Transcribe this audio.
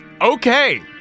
Okay